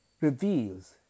reveals